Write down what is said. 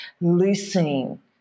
loosening